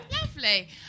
Lovely